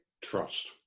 trust